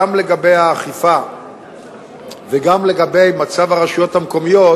גם לגבי האכיפה וגם לגבי מצב הרשויות המקומיות.